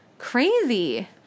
crazy